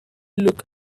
look